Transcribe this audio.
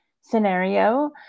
scenario